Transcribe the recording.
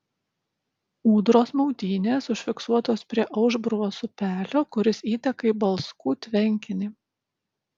ūdros maudynės užfiksuotos prie aušbruvos upelio kuris įteka į balskų tvenkinį